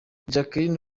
jacqueline